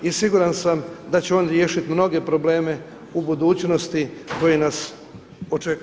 I siguran sam da će on riješiti mnoge probleme u budućnosti koji nas očekuju.